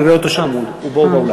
אני רואה אותו שם, הוא פה באולם.